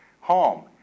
home